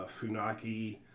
Funaki